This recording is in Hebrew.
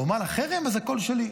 הוא אומר לה: חרם, אז הכול שלי.